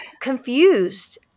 confused